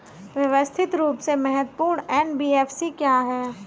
व्यवस्थित रूप से महत्वपूर्ण एन.बी.एफ.सी क्या हैं?